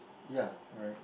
ya alright